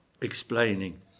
explaining